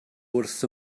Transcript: wrth